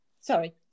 sorry